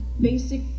basic